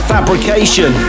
Fabrication